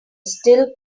still